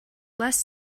less